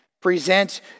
Present